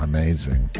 Amazing